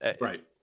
Right